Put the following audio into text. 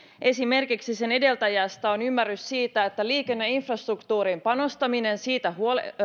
esimerkiksi sen edeltäjästä on ymmärrys siitä että liikenneinfrastruktuuriin panostaminen siitä